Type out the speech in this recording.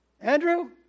Andrew